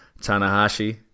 Tanahashi